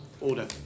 Order